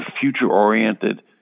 future-oriented